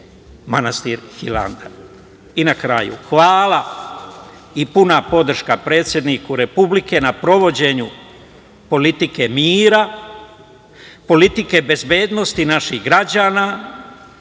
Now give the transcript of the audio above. manastir Hilandar. Na kraju hvala i puna podrška predsedniku republike na provođenju politike mira, politike bezbednosti naših građana,